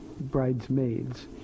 bridesmaids